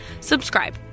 subscribe